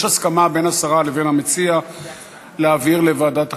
יש הסכמה בין השרה לבין המציע להעביר לוועדת החינוך.